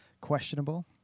questionable